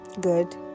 good